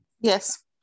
yes